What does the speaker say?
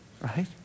right